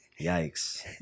Yikes